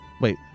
Wait